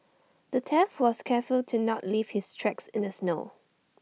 the thief was careful to not leave his tracks in the snow